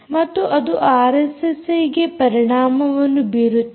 ಮತ್ತು ಅದು ಆರ್ಎಸ್ಎಸ್ಐಗೆ ಪರಿಣಾಮವನ್ನು ಬೀರುತ್ತದೆ